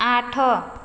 ଆଠ